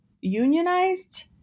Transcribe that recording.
unionized